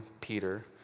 Peter